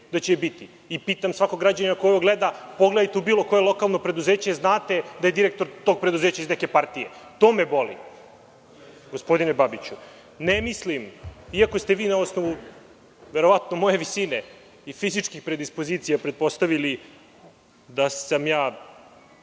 da će je biti i pitam svakog građanina koji ovo gleda, pogledajte u bilo koje lokalno preduzeće, znate da je direktor iz tog preduzeća iz neke partije. To me boli, gospodine Babiću. Ne mislim, iako ste vi na osnovu moje visine i fizičke predispozicije pretpostavili da sam ja